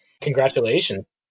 Congratulations